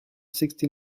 sixty